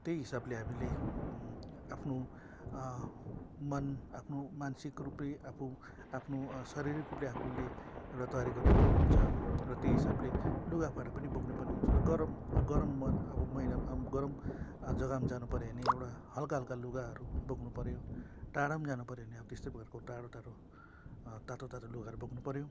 त्यही हिसाबले हामीले आफ्नो मन आफ्नो मानसिक रूपले आफू आफ्नो शारीरिक रूपले आफूले एउटा तयारी गर्नु पर्ने हुन्छ र त्यही हिसाबले लुगा फाटा पनि बोक्नु पर्ने हुन्छ गरम गरममा अब महिनामा गरम जगामा जानु पऱ्यो भने एउटा हल्का हल्का लुगाहरू बोक्नु पऱ्यो टाडामा जानु पऱ्यो अब त्यस्तै टाडा टाडा तातो तातो लुगाहरू बोक्नु पऱ्यो